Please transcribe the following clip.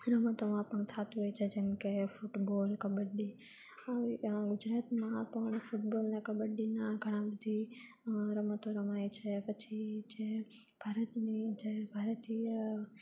રમતોમાં પણ થતું હોય છે જેમ કે ફૂટબોલ કબડ્ડી આવી ગુજરાતમાં આ પણ ફૂટબોલ ને કબડ્ડીના ઘણા બધી રમતો રમાય છે પછી જે ભારતની જે ભારતીય